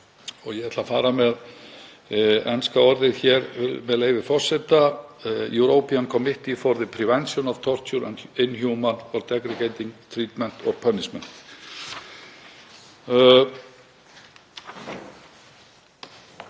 Ég ætla að fara með enska heitið hér, með leyfi forseta: European Committee for the Prevention of Torture and Inhuman or Degrading Treatment or Punishment.